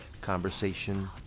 conversation